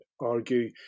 argue